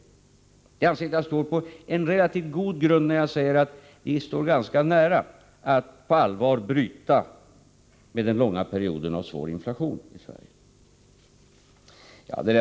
Jag anser mig stå på relativt god grund när jag säger att vi står ganska nära att på allvar bryta med den långa perioden av svår inflation i Sverige.